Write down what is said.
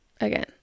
again